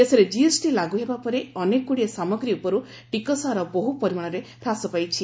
ଦେଶରେ ଜିଏସଟି ଲାଗୁ ହେବା ପରେ ଅନେକଗୁଡ଼ିଏ ସାମଗ୍ରୀ ଉପରୁ ଟିକସ ହାର ବହୁ ପରିମାଣରେ ହ୍ରାସ ପାଇଛି